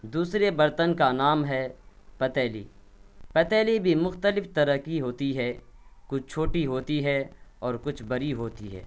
دوسرے برتن کا نام ہے پتیلی پتیلی بھی مختلف طرح کی ہوتی ہے کچھ چھوٹی ہوتی ہے اور کچھ بڑی ہوتی ہے